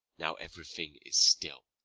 now everything is still,